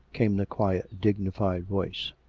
came the quiet, dignified voice.